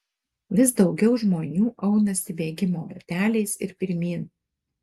vis daugiau žmonių aunasi bėgimo bateliais ir pirmyn